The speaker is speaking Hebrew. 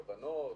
כוונות,